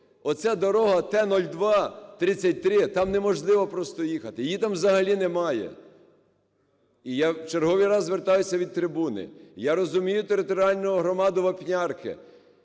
оця дорога Т 0233, там неможливо просто їхати, її там взагалі немає. І я в черговий раз звертаюсь від трибуни. Я розумію територіальну громаду Вапнярки,